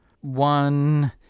one